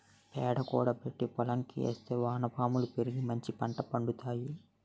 పేడ కూడబెట్టి పోలంకి ఏస్తే వానపాములు పెరిగి మంచిపంట పండుతాయి